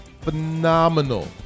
phenomenal